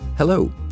Hello